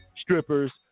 strippers